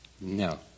no